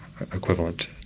equivalent